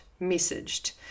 messaged